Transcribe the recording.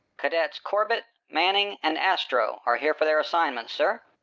cadets corbett, manning, and astro are here for their assignments, sir,